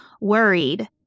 worried